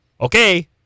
okay